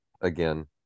again